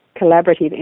collaborative